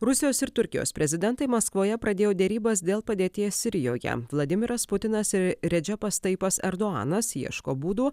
rusijos ir turkijos prezidentai maskvoje pradėjo derybas dėl padėties sirijoje vladimiras putinas ir redže pastaipas erdoganas ieško būdų